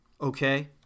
okay